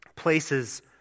places